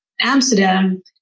Amsterdam